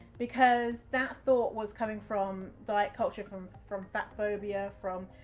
because that thought was coming from diet culture, from from fat phobia, from,